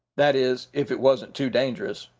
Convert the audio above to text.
that is, if it wasn't too dangerous.